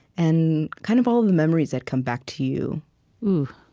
and kind of all the memories that come back to you